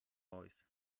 voice